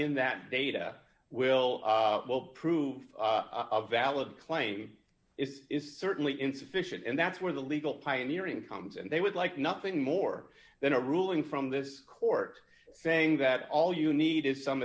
in that data will will prove either valid claim it is certainly insufficient and that's where the legal pioneering comes and they would like nothing more than a ruling from this court saying that all you need is some